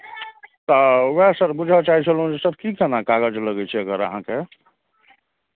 तऽ उएह सर बुझय चाहै छलहुँ जे सभ की केना कागज लगै छै एकर अहाँके